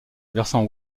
versant